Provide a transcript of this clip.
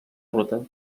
ruta